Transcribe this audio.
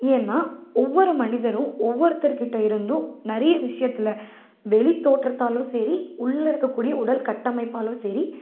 ஏன்னால் ஒவ்வொரு மனிதரும் ஒவ்வொருத்தர்கிட்ட இருந்தும் நிறைய விஷயத்துல வெளித்தோற்றத்தாலும் சரி உள்ளே இருக்கக்கூடிய உடல் கட்டமைப்பாலும் சரி